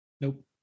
Nope